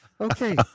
Okay